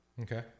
Okay